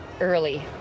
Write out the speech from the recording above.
early